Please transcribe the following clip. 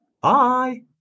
bye